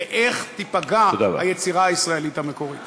ואיך תיפגע היצירה הישראלית המקורית.